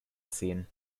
ziehen